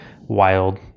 wild